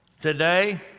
Today